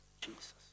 Jesus